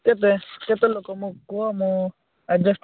କେତେ କେତେ ଲୋକ ମୋ କୁହ ମୁଁ ଆଡ଼ଜଷ୍ଟ